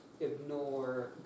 ignore